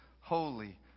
holy